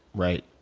right.